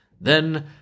Then